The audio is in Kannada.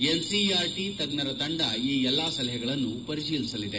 ಎನ್ಸಿಇಆರ್ಟ ತಜ್ಞರ ತಂಡ ಈ ಎಲ್ಲಾ ಸಲಹೆಗಳನ್ನು ಪರಿಶೀಲಸಲಿದೆ